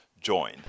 join